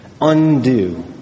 undo